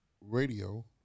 radio